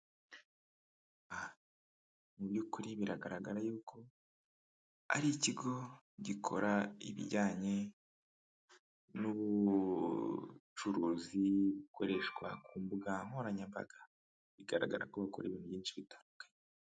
Aha mu by'ukuri biragaragara yuko ari ikigo gikora ibijyanye n'ubucuruzi bukoreshwa ku mbuga nkoranyambaga, bigaragara ko bakore ibintu byinshi bitandukanye.